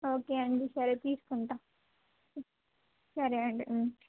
okay అండి సరే తీసుకుంటా సరే అండి